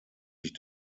sich